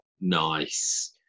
Nice